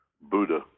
Buddha